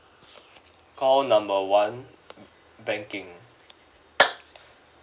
call number one banking